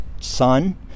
sun